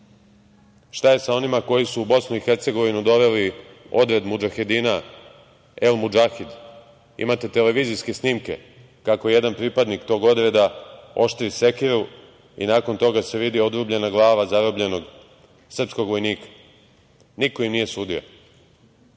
je sa onima koji su BiH doveli odred mudžahedina El Mudžahid? Imate televizijske snimke kako jedan pripadnik tog odreda oštri sekiru i nakon toga se vidi odrubljena glava zarobljenog srpskog vojnika. Niko im nije